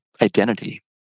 identity